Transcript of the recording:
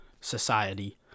society